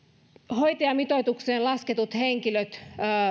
hoitajamitoitukseen lasketut henkilöt